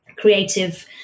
creative